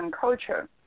culture